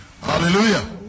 hallelujah